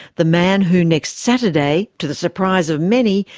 the man who next saturday, to the surprise of many,